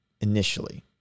initially